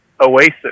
oasis